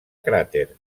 cràter